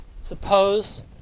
Suppose